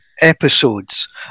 episodes